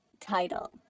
title